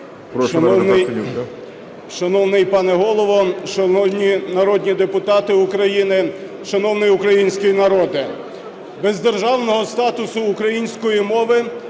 Шановний пане Голово, шановні народні депутати України, шановний український народе! Без державного статусу української мови